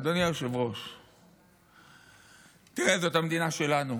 אדוני היושב-ראש, תראה, זאת המדינה שלנו,